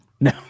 No